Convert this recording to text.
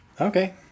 Okay